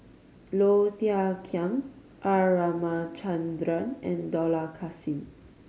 Low Thia Khiang R Ramachandran and Dollah Kassim